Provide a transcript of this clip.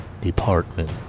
Department